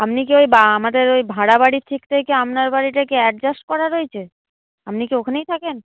আপনি কি ওই বা আমাদের ওই ভাড়াবাড়ি থেকে থেকে আপনার বাড়িটা কি অ্যাডজাস্ট করা রয়েছে আপনি কি ওখানেই থাকেন